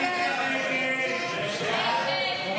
סעיף 3,